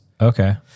Okay